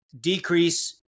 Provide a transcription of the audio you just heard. decrease